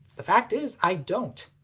the fact is i don't.